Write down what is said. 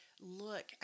Look